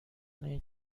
این